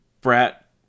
Brat